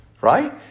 right